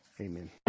Amen